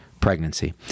pregnancy